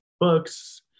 books